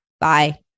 Bye